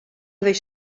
bheidh